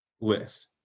list